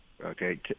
Okay